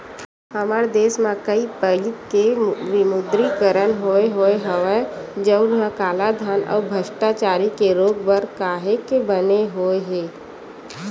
हमर देस म कइ पइत के विमुद्रीकरन होय होय हवय जउनहा कालाधन अउ भस्टाचारी के रोक बर काहेक बने होय हे